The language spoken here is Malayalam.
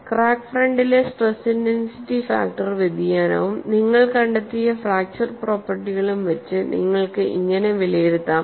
ക്രാക്ക് ഫ്രണ്ടിലെ സ്ട്രെസ് ഇന്റൻസിറ്റി ഫാക്ടർ വ്യതിയാനവും നിങ്ങൾ കണ്ടെത്തിയ ഫ്രാക്ചർ പ്രോപ്പർട്ടികളും വച്ച് നിങ്ങൾക്കു ഇങ്ങനെ വിലയിരുത്താം